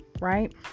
Right